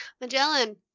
Magellan